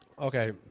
Okay